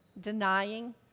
denying